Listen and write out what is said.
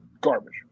Garbage